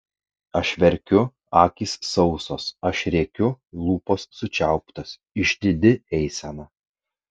aš verkiu akys sausos aš rėkiu lūpos sučiauptos išdidi eisena